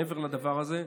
מעבר לדבר הזה.